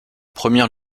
première